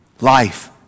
Life